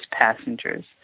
passengers